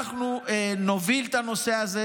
אנחנו נוביל את הנושא הזה.